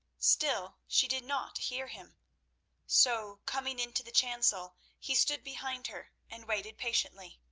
still, she did not hear him so, coming into the chancel, he stood behind her and waited patiently.